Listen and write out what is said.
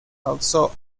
also